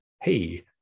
Hey